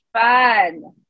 fun